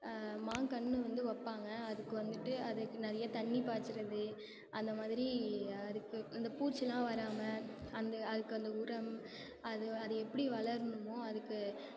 மாங்கன்னு வந்து வைப்பாங்க அதுக்கு வந்துட்டு அதுக்கு நிறைய தண்ணி பாய்ச்சிறது அந்தமாதிரி யாருக்கு அந்த பூச்சிலாம் வராமல் அந்த அதுக்கு அந்த உரம் அது அது எப்படி வளர்ணுமோ அதுக்கு